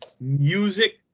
music